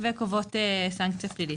וקובעות סנקציה פלילית.